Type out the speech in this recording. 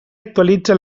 actualitza